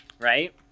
right